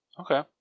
Okay